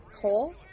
Cole